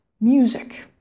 music